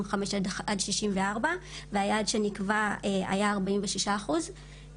וחמש עד שלושים וארבע והיעד שנקבע היה ארבעים ושישה אחוז.